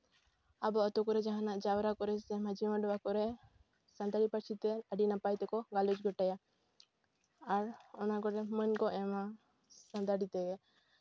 ᱟᱵᱚ ᱟᱛᱳ ᱠᱚᱨᱮᱜ ᱡᱟᱦᱟᱱᱟᱜ ᱡᱟᱣᱨᱟ ᱠᱚᱨᱮᱜ ᱥᱮ ᱢᱟᱹᱡᱷᱤ ᱢᱟᱰᱣᱟ ᱠᱚᱨᱮ ᱥᱟᱱᱛᱟᱲᱤ ᱯᱟᱹᱨᱥᱤ ᱛᱮ ᱟᱹᱰᱤ ᱱᱟᱯᱟᱭ ᱛᱮᱠᱚ ᱜᱟᱞᱚᱪ ᱜᱚᱴᱟᱭᱟ ᱟᱨ ᱚᱱᱟ ᱠᱚᱨᱮ ᱢᱟᱹᱱ ᱠᱚ ᱮᱢᱟ ᱥᱟᱱᱛᱟᱲᱤ ᱛᱮᱜᱮ